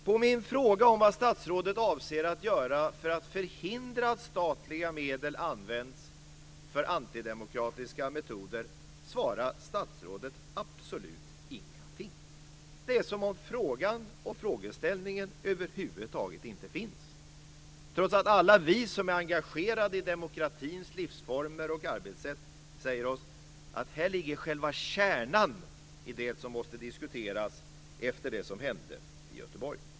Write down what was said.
På min fråga om vad statsrådet avser att göra för att förhindra att statliga medel används för antidemokratiska metoder svarar statsrådet absolut ingenting. Det är som om frågan och frågeställningen över huvud taget inte finns, trots att alla vi som är engagerade i demokratins livsformer och arbetssätt säger oss att här ligger själva kärnan i det som måste diskuteras efter det som hände i Göteborg.